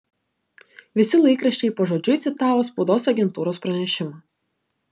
visi laikraščiai pažodžiui citavo spaudos agentūros pranešimą